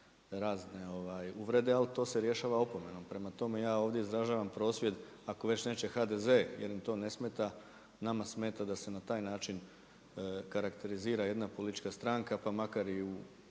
razne uvrede, ali to se rješava opomenom, prema tome, ja ovdje izražavam prosvjed ako već neće HDZ jer im to ne smeta, nama smeta da se na taj način karakterizira jedna politička stranka pa makar i u